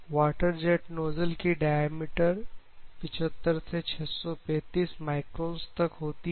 water jet nozzle की diameter 75 से 635 microns तक होती है